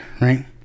right